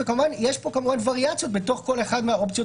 ויש פה כמובן וריאציות בתוך כל אחת מהאופציות